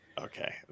Okay